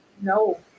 no